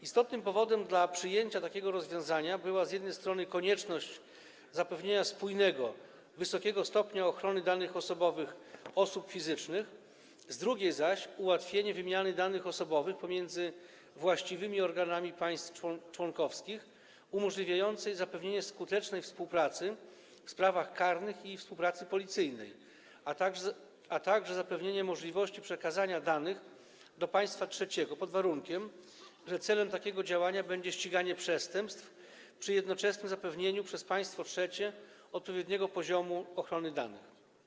Istotnym powodem przyjęcia takiego rozwiązania była z jednej strony konieczność zapewnienia spójnego, wysokiego stopnia ochrony danych osobowych osób fizycznych, z drugiej zaś ułatwienie wymiany danych osobowych pomiędzy właściwymi organami państw członkowskich umożliwiającej zapewnienie skutecznej współpracy w sprawach karnych i współpracy policyjnej, a także zapewnienie możliwości przekazania danych do państwa trzeciego, pod warunkiem że celem takiego działania będzie ściganie przestępstw przy jednoczesnym zapewnieniu przez państwo trzecie odpowiedniego poziomu ochrony danych.